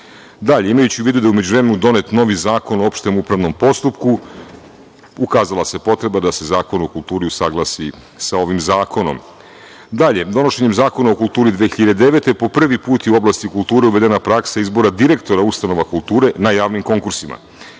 nivou. Dalje, imajući u vidu da je u međuvremenu donet novi Zakon o opštem upravnom postupku, ukazala se potreba da se Zakon o kulturi usaglasi sa ovim zakonom. Dalje, donošenjem Zakona o kulturi 2009. godine po prvi put je u oblasti kulture uvedena praksa izbora direktora ustanova kulture na javnim konkursima. Predloženim